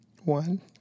one